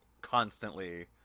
constantly